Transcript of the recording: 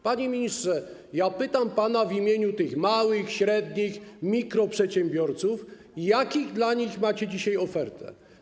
Panie ministrze, pytam pana w imieniu tych małych, średnich, mikro przedsiębiorców, jaką dla nich macie dzisiaj ofertę.